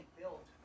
built